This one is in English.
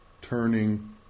turning